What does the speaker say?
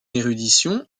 érudition